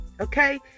Okay